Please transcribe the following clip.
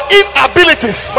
inabilities